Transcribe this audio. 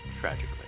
tragically